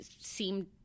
seemed